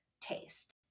taste